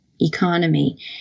economy